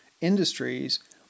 industries